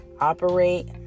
operate